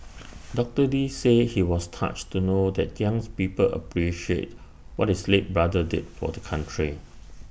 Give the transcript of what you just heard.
doctor lee said he was touched to know that young people appreciate what his late brother did for the country